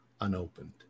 unopened